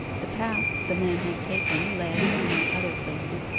the path the man had taken led, among other places,